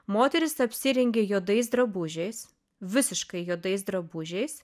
moterys apsirengė juodais drabužiais visiškai juodais drabužiais